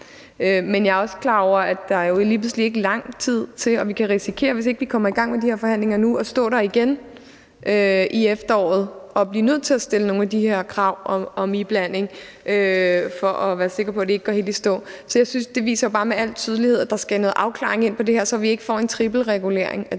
Men jeg er også klar over, at der jo lige pludselig ikke er lang tid til, og vi kan risikere, hvis ikke vi kommer i gang med de her forhandlinger nu, at stå her igen i efteråret og blive nødt til at stille nogle af de her krav om iblanding for at være sikre på, at det ikke går helt i stå. Så jeg synes bare, at det med al tydelighed viser, at der skal noget afklaring ind, så vi ikke får en trippelregulering af den her